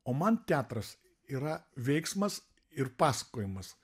o man teatras yra veiksmas ir pasakojimas